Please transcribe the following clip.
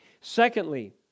Secondly